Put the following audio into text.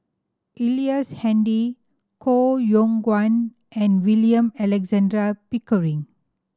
Ellice Handy Koh Yong Guan and William Alexander Pickering